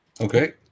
okay